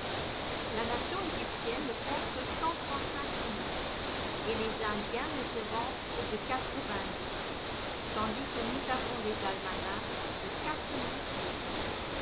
la nation égyptienne ne compte que cent trente-cinq mille ans et les indiens ne se vantent que de quatre-vingt mille tandis que nous avons des almanachs de quatre mille siècles